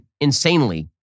insanely